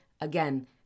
again